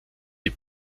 die